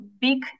big